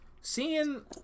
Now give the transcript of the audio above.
seeing